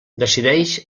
decideix